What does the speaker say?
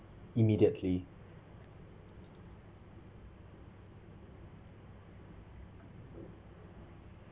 immediately